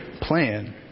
plan